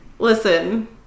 Listen